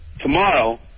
tomorrow